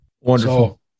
Wonderful